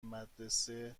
مدرسه